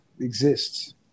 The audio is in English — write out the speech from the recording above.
exists